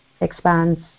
expands